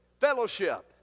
fellowship